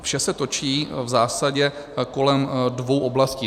Vše se točí v zásadě kolem dvou oblastí.